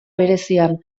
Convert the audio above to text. berezian